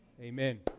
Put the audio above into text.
Amen